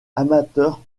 amateur